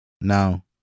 Now